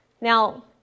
Now